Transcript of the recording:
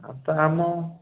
ଆମ